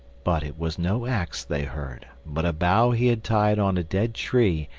but it was no axe they heard, but a bough he had tied on a dead tree,